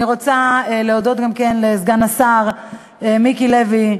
אני רוצה להודות גם כן לסגן השר מיקי לוי,